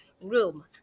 room